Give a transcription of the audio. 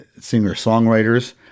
singer-songwriters